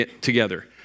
together